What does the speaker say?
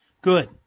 Good